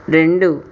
రెండు